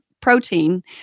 protein